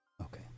Okay